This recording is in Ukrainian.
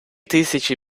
тисячі